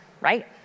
Right